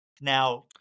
now